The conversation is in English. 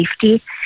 safety